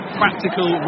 practical